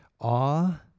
awe